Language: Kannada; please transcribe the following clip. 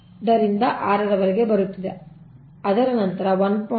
0 ರಿಂದ 6 ರವರೆಗೆ ಬರುತ್ತಿದೆ ಅದರ ನಂತರ 1